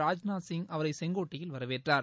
ராஜ்நாத் சிங் அவரை செங்கோட்டையில் வரவேற்றார்